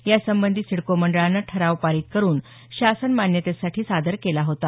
यासंबंधी सिडको मंडळानं ठराव पारित करून शासन मान्यतेसाठी सादर केला होता